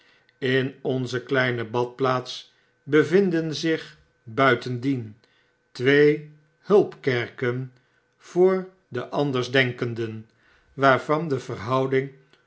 in onze kleine badplaats be vinden zich buitendien twee hulpkerken voor de andersdenkenden waarvan de verhouding